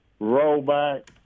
Rollback